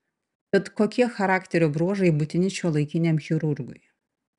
tad kokie charakterio bruožai būtini šiuolaikiniam chirurgui